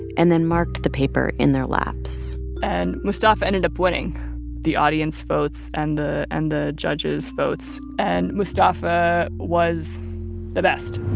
and then marked the paper in their laps and mustafa ended up winning the audience votes and the and the judges' votes. and mustafa was the best